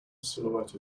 silhouette